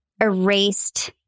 erased